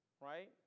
right